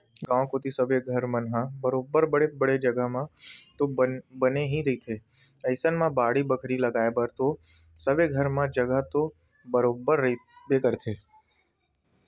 गाँव कोती सबे घर मन ह बरोबर बड़े बड़े जघा म तो बने ही रहिथे अइसन म बाड़ी बखरी लगाय बर तो सबे घर म जघा तो बरोबर रहिबे करथे